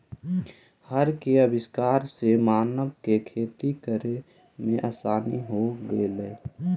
हर के आविष्कार से मानव के खेती करे में आसानी हो गेलई